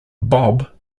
bob